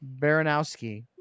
Baranowski